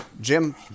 Jim